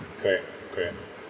correct correct